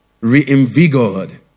reinvigorated